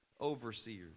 Overseers